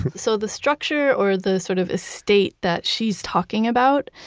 so the structure or the sort of estate that she's talking about,